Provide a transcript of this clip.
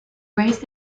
raised